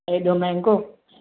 हेॾो महांगो